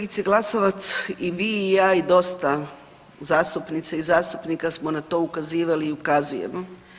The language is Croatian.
Kolegice Glasovac i vi i ja i dosta zastupnica i zastupnika smo na to ukazivali i ukazujemo.